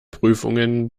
prüfungen